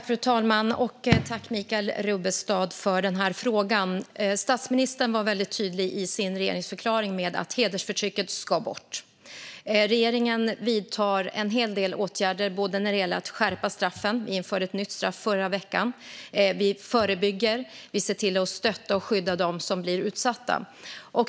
Fru talman! Jag tackar Michael Rubbestad för denna fråga. Statsministern var väldigt tydlig i sin regeringsförklaring med att hedersförtrycket ska bort. Regeringen vidtar en hel del åtgärder, bland annat när det gäller att skärpa straffen. Vi införde ett nytt straff förra veckan. Vi förebygger, och vi ser till att stötta och skydda dem som blir utsatta.